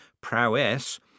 prowess